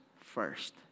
first